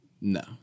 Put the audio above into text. No